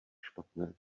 špatné